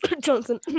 Johnson